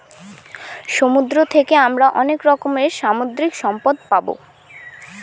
সমুদ্র থাকে আমরা অনেক রকমের সামুদ্রিক সম্পদ পাবো